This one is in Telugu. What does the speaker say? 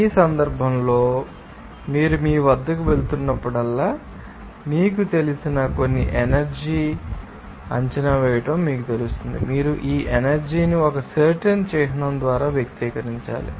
ఈ సందర్భంలో మీరు మీ వద్దకు వెళుతున్నప్పుడల్లా మీకు తెలిసిన కొన్ని ఎనర్జీ ని అంచనా వేయడం మీకు తెలుస్తుంది మీరు ఈ ఎనర్జీ ని ఒక సర్టెన్ చిహ్నం ద్వారా వ్యక్తీకరించాలి